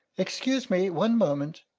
excuse me one moment.